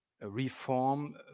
reform